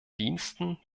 diensten